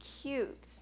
cute